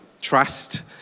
trust